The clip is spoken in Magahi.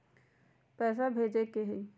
पैसा भेजे के हाइ?